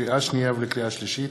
לקריאה שנייה ולקריאה שלישית: